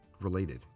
related